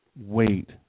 wait